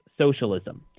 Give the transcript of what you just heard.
socialism